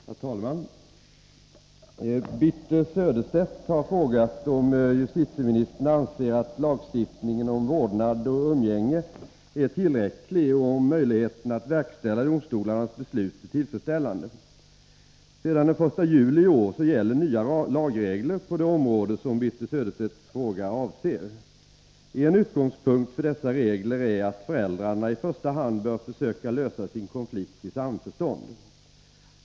Herr talman! Birthe Sörestedt har frågat om justitieministern anser att lagstiftningen om vårdnad och umgänge är tillräcklig och om möjligheten att verkställa domstolarnas beslut är tillfredsställande. Sedan den 1 juli i år gäller nya lagregler på det område som Birthe Sörestedts fråga avser. En utgångspunkt för dessa regler är att föräldrarna i första hand bör försöka lösa sin konflikt i samförstånd.